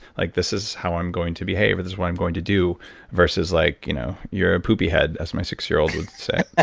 like this is how i'm going to behave, or this is what i'm going to do versus, like you know you're a poopy head, as my six year old would say.